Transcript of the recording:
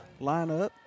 lineup